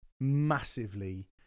massively